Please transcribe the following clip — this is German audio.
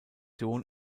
dem